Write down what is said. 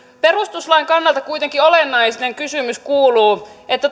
perustuslain kannalta kuitenkin olennainen kysymys kuuluu